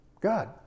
God